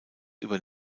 über